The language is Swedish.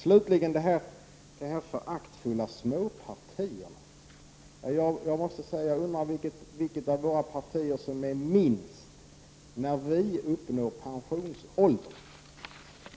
Slutligen till detta föraktfulla tal om ”småpartierna”. Jag måste säga att jag undrar vilket av våra partier som kommer att vara minst när vi uppnår pensionsåldern.